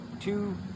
two